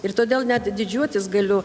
ir todėl net didžiuotis galiu